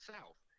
South